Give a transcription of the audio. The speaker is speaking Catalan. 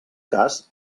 cas